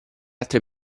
altre